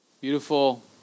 beautiful